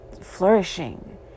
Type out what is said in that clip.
flourishing